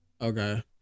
okay